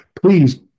please